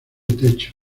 techo